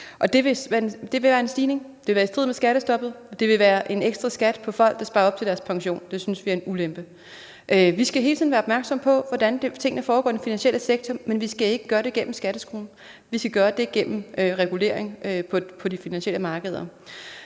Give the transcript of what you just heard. det vil være en stigning, der er i strid med skattestoppet. Det vil være en ekstra skat på folk, der sparer op til deres pension, og det synes vi er en ulempe. Vi skal hele tiden være opmærksom på, hvordan tingene foregår i den finansielle sektor, men vi skal ikke gøre det gennem skatteskruen. Vi skal gøre det gennem en regulering på de finansielle markeder,